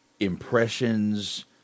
Impressions